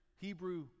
Hebrew